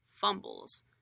fumbles